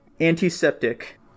antiseptic